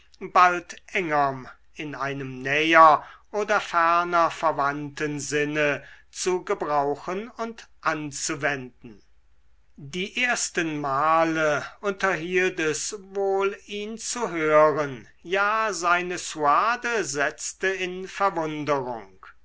bald engerm in einem näher oder ferner verwandten sinne zu gebrauchen und anzuwenden die ersten male unterhielt es wohl ihn zu hören ja seine suade setzte in verwunderung